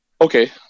Okay